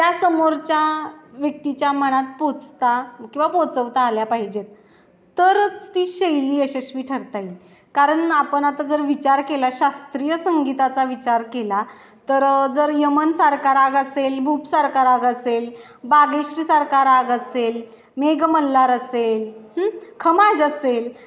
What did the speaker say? त्या समोरच्या व्यक्तीच्या मनात पोचता किंवा पोचवता आल्या पाहिजेत तरच ती शैली यशस्वी ठरता येईल कारण आपण आता जर विचार केला शास्त्रीय संगीताचा विचार केला तर जर यमन सारखा राग असेल भूप सारखा राग असेल बागेश्री सारखा राग असेल मेघमल्हार असेल खमाज असेल